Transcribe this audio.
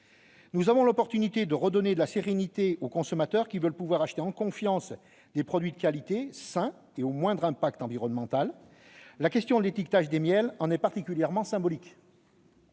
Nous avons l'occasion de redonner de la sérénité aux consommateurs qui veulent pouvoir acheter en confiance des produits de qualité, sains et au moindre impact environnemental. La question de l'étiquetage des miels en est particulièrement symbolique.